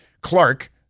Clark